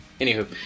Anywho